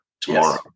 tomorrow